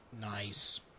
nice